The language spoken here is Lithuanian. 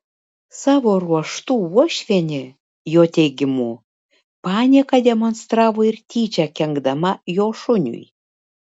savo ruožtu uošvienė jo teigimu panieką demonstravo ir tyčia kenkdama jo šuniui